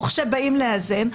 וכשבאים לאזן,